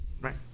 Right